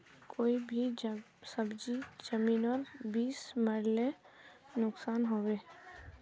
कोई भी सब्जी जमिनोत बीस मरले नुकसान होबे?